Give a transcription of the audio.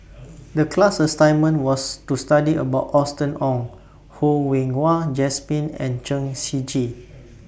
The class assignment was to study about Austen Ong Ho Yen Wah Jesmine and Chen Shiji